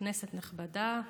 כנסת נכבדה וריקה,